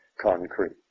concrete